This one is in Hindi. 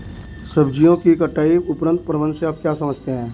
सब्जियों के कटाई उपरांत प्रबंधन से आप क्या समझते हैं?